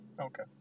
Okay